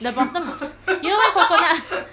the bottom of the you know where coconut